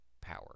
power